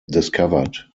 discovered